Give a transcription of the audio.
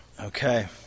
Okay